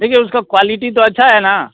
देखिए उसकी क्वालिटी तो अच्छी है ना